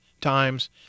Times